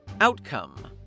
Outcome